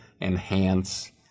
enhance